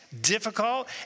difficult